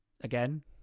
Again